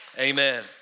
Amen